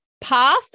path